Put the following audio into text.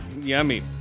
yummy